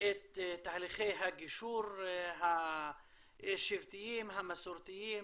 את תהליכי הגישור השבטיים, המסורתיים,